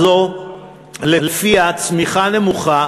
שלפיה צמיחה נמוכה